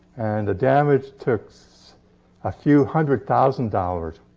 and the damage took so a few hundred thousand dollars'